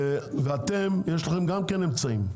ולכם יש גם אמצעים,